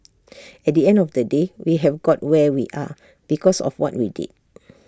at the end of the day we have got where we are because of what we did